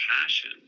passion